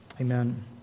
Amen